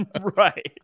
Right